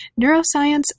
Neuroscience